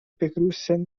begrüßenswert